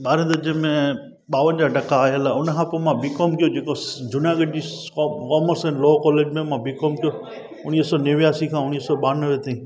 ॿारहें दर्जे में ॿावंजाह टका आयल उन खां पोइ मां बीकॉम कयो जेको जूनागढ़ जी कॉमर्स ऐं लॉ कॉलेज में मां बीकॉम कयो उणिवीह सौ निवयासी खां उणिवीह सौ ॿियानवे ताईं